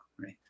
Right